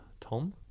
Tom